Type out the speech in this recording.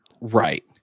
right